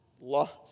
lost